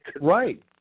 right